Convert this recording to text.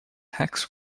tax